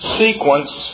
sequence